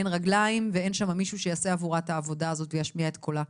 אין רגליים ואין שם מישהו שיעשה עבורה את העבודה הזו וישמיע את קולם.